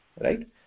right